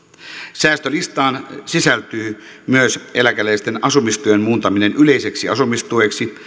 säästölistaan sisältyy myös eläkeläisten asumistuen muuntaminen yleiseksi asumistueksi